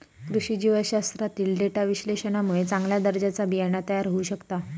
कृषी जीवशास्त्रातील डेटा विश्लेषणामुळे चांगल्या दर्जाचा बियाणा तयार होऊ शकता